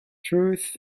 truth